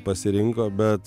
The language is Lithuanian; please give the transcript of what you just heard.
pasirinko bet